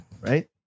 Right